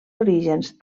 orígens